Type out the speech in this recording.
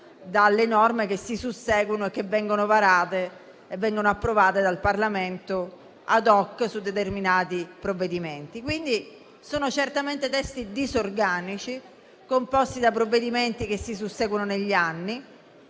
di anno in anno si susseguono e vengono varate e approvate dal Parlamento *ad hoc* su determinati provvedimenti. Sono certamente testi disorganici, composti da provvedimenti che si susseguono negli anni.